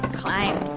climb,